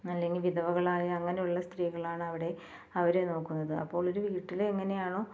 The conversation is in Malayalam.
അല്ലെങ്കിൽ വിധവകളായ അങ്ങനെയുള്ള സ്ത്രീകളാണ് അവിടെ അവരെ നോക്കുന്നത് അപ്പോൾ ഒരു വീട്ടിൽ എങ്ങനെയാണോ